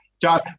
John